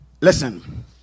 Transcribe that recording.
Listen